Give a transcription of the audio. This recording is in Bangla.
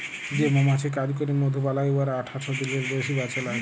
যে মমাছি কাজ ক্যইরে মধু বালাই উয়ারা আঠাশ দিলের বেশি বাঁচে লায়